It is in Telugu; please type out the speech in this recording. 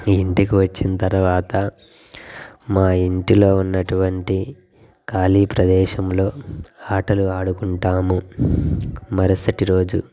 ఇంటికి వచ్చిన తర్వాత మా ఇంటిలో ఉన్నటువంటి ఖాళీ ప్రదేశంలో ఆటలు ఆడుకుంటాము మరసటి రోజు